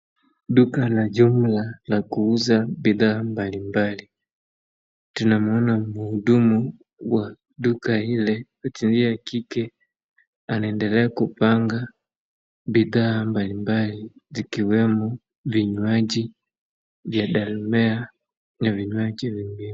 Duka la jumla la kuuza bidhaa mbalimbali. Tunamwona mhudumu wa duka lile asilia ya kike anaendelea kupanga bidhaa mbalimbali zikiwemo viywaji vya delamere na vinywaji vingine.